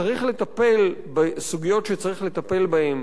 צריך לטפל בסוגיות שצריך לטפל בהן,